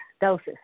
doses